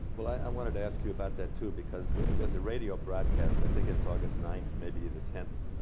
well, i wanted to ask you about that, too. because there's a radio broadcast i think it's august ninth, maybe the tenth